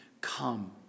come